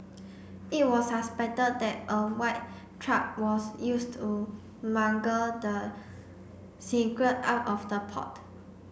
it was suspected that a white truck was used to smuggle the cigarette out of the port